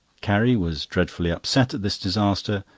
carrie was dreadfully upset at this disaster,